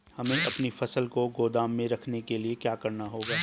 हमें अपनी फसल को गोदाम में रखने के लिये क्या करना होगा?